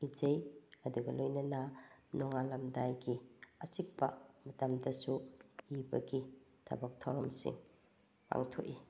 ꯏꯖꯩ ꯑꯗꯨꯒ ꯂꯣꯏꯅꯅ ꯅꯣꯡꯉꯥꯜꯂꯝꯗꯥꯏꯒꯤ ꯑꯆꯤꯛꯄ ꯃꯇꯝꯗꯁꯨ ꯏꯕꯒꯤ ꯊꯕꯛ ꯊꯧꯔꯝꯁꯤꯡ ꯄꯥꯡꯊꯣꯛꯏ